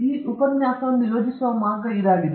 ಈ ಉಪನ್ಯಾಸವನ್ನು ಯೋಜಿಸುವ ಮಾರ್ಗವೇ ಆಗಿದೆ